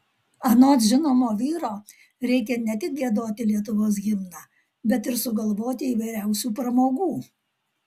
anot žinomo vyro reikia ne tik giedoti lietuvos himną bet ir sugalvoti įvairiausių pramogų